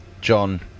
John